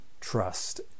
trust